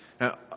Now